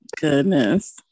Goodness